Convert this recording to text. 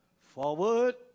Forward